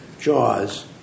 jaws